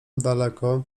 daleko